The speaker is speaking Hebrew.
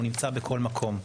הוא נמצא בכל מקום,